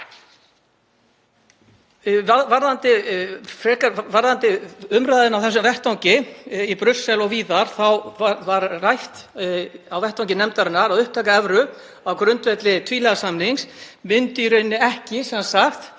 Varðandi umræðuna á þessum vettvangi í Brussel og víðar var rætt á vettvangi nefndarinnar að upptaka evru á grundvelli tvíhliða samnings myndi í rauninni ekki færa